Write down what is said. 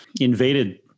Invaded